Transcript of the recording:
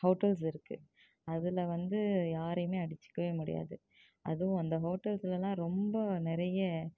hotels இருக்கு அதில் வந்து யாரையுமே அடுச்சுக்கவே முடியாது அதும் அந்த ஹோட்டல்ஸ்லலாம் ரொம்ப நிறைய